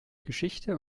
geschichte